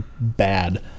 bad